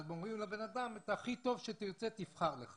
אומרים לבן אדם שהכי טוב שהוא ירצה, יבחר לו.